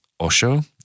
Osho